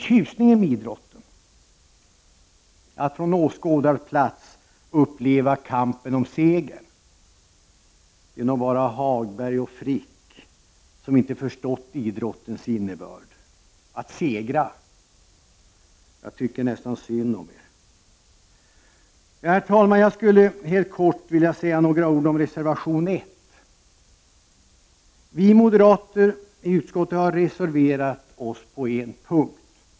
Tjusningen med idrotten är ju att från åskådarplats få uppleva kampen om seger. Det är nog bara Lars-Ove Hagberg och Carl Frick som inte förstår idrottens innebörd, detta med att segra. Jag tycker nästan synd om er. Herr talman! Helt kort skulle jag bara vilja säga några ord om reservation 1. Vi moderater i utskottet har reserverat oss på en punkt.